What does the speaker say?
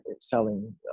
selling